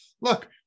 look